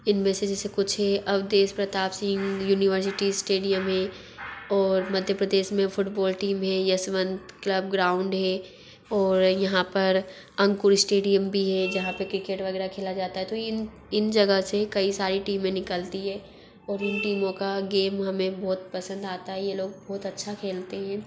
इन में से जेसे कुछ हे अवदेश प्रताप सिंग युनिवर्सिटी इस्टेडियम है और मध्य प्रदेश में फुटबॉल टीम है यशवंत क्लब ग्राउंड है ओर यहाँ पर अंकुर इस्टेडियम भी है जहाँ पर क्रिकेट वग़ैरह खेला जाता है तो ये इन इन जगह से कई सारी टीमें निकलती हैं और इन टीमों का गेम हमें बहुत पसंद आता है ये लोग बहुत अच्छा खेलते हैं